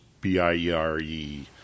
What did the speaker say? B-I-E-R-E